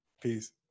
Peace